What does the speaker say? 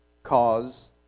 cause